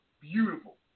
beautiful